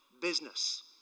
business